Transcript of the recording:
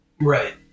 Right